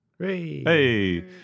Hey